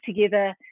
together